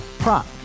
Prop